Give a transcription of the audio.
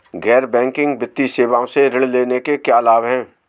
गैर बैंकिंग वित्तीय सेवाओं से ऋण लेने के क्या लाभ हैं?